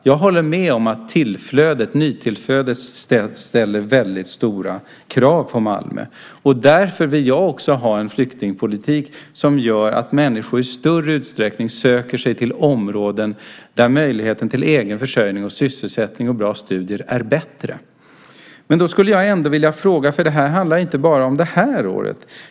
Jag håller med om att nytillflödet ställer stora krav på Malmö. Därför vill jag också ha en flyktingpolitik som gör att människor i större utsträckning söker sig till områden där möjligheten till egen försörjning, sysselsättning och bra studier är bättre. Men då vill jag ställa en fråga. Det här handlar inte bara om det här året.